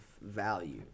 value